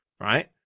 right